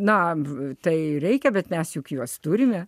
na tai reikia bet mes juk juos turime